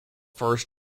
first